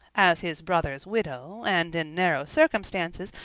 as his brother's widow, and in narrow circumstances,